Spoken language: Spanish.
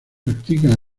practican